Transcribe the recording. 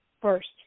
first